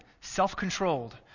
self-controlled